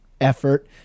effort